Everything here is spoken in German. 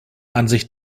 ansicht